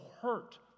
hurt